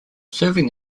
serving